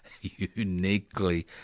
Uniquely